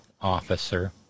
officer